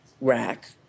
rack